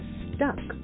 stuck